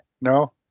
no